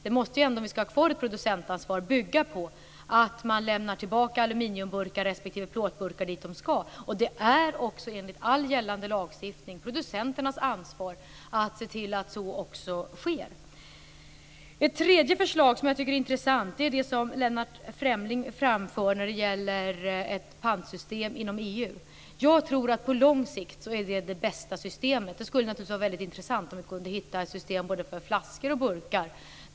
Om vi skall ha kvar producentansvaret måste det ändå bygga på att aluminiumburkar respektive plåtburkar lämnas tillbaka på det ställe där de skall lämnas. Det är också enligt all gällande lagstiftning producenternas ansvar att se till att så sker. Ytterligare ett förslag som jag tycker är intressant är det som Lennart Fremling framför. Det gäller alltså detta med ett pantsystem inom EU. Jag tror att det på lång sikt är det bästa systemet. Det skulle naturligtvis vara väldigt intressant om vi kunde hitta ett system för både flaskor och burkar.